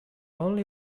only